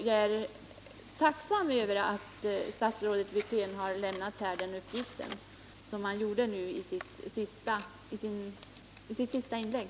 Jag är alltså tacksam för den uppgift som statsrådet Wirtén lämnade i sitt senaste inlägg.